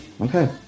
okay